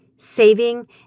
Saving